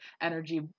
energy